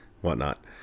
whatnot